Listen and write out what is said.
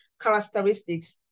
characteristics